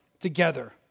together